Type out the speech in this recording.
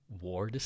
war